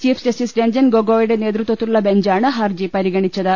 chief justice Ranjan ഗൊഗോയിയുടെ നേതൃത്വത്തി ലുളള ബെഞ്ചാണ് ഹർജി പരിഗണിച്ചത്